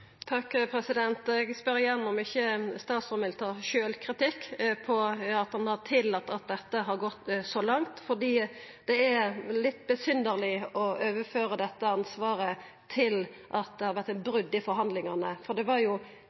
Eg spør igjen om ikkje statsråden vil ta sjølvkritikk på at han har tillate at dette har gått så langt. Det er litt besynderleg å overføra dette ansvaret til at det har vore eit brot i forhandlingane, for det var jo